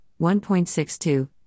1.62